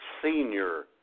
Senior